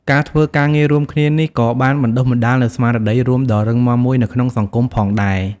ការធ្វើការងាររួមគ្នានេះក៏បានបណ្ដុះបណ្ដាលនូវស្មារតីរួមដ៏រឹងមាំមួយនៅក្នុងសង្គមផងដែរ។